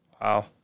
Wow